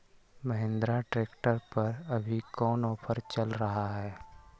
Mahindra tractor पर अभी कोन ऑफर चल रहा है?